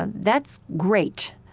and that's great,